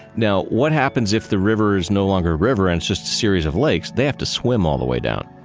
now, what happens if the river is no longer a river, and just a series of lakes? they have to swim all the way down.